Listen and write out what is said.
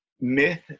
myth